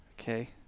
Okay